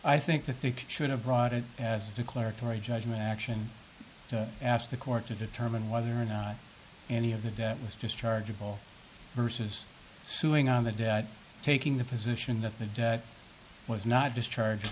i think that they should have brought it as a declaratory judgment action to ask the court to determine whether or not any of the debt was just chargeable versus suing on the debt taking the position that the debt was not discharge